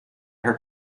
her